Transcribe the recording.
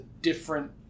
different